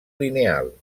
lineal